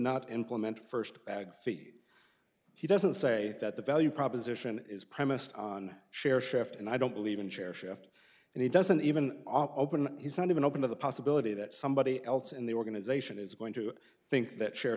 not implemented first bag fee he doesn't say that the value proposition is premised on share shift and i don't believe in share shift and he doesn't even autopen he's not even open to the possibility that somebody else in the organization is going to think that share